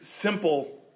simple